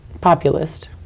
Populist